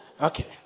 Okay